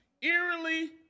eerily